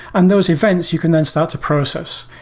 and those events, you can then start to process.